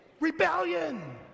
rebellion